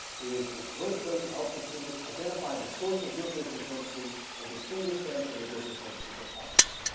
is a great way to help consumers identify the source of your goods and services and distinguish them from the goods and services of others.